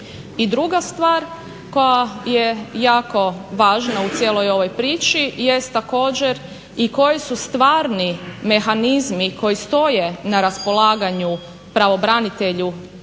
I druga stvar koja je jako važna u cijeloj ovoj priči jest također i koji su stvarni mehanizmi koji stoje na raspolaganju pučkom pravobranitelju, odnosno